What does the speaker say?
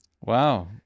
Wow